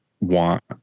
want